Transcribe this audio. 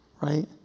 right